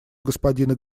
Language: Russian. господина